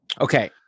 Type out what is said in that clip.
Okay